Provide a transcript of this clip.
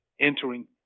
entering